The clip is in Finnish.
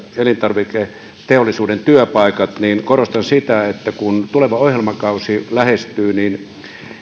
elintarviketeollisuuden työpaikat niin korostan sitä että kun tuleva ohjelmakausi lähestyy niin